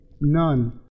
None